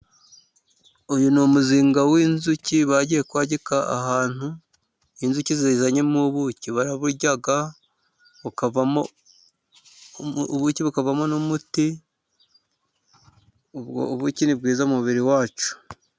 Uyu ni umuzinga w'inzuki bagiye kwegeka ahantu, inzuki zizanyemo ubuki baraburya, ubuki bukavamo n'umuti, ubuki ni bwiza mu mubiri wacu.